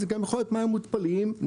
זה גם יכול להיות מים מותפלים נטו,